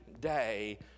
day